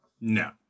No